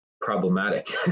problematic